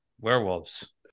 werewolves